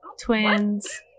Twins